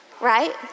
right